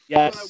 Yes